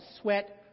sweat